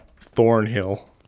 Thornhill